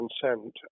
consent